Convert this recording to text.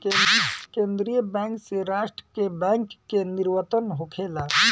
केंद्रीय बैंक से राष्ट्र के बैंक के निवर्तन होखेला